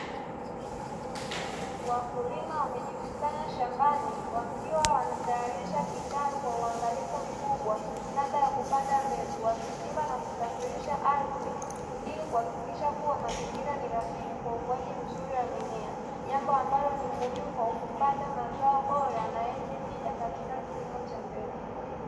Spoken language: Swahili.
Wakulima wamejikusanya shambani wakiwa wanatayarisha kitalu kwa uangalifu mkubwa kabla ya kupanda mbegu, wakichimba na kusafirisha ardhi ili kuhakikisha kuwa mazingira ni rafiki kwa ukuaji mzuri wa mimea. Jambo ambalo ni muhimu kwa kupata mazao bora na yenye tija katika kilimo cha mbegu.